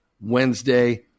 Wednesday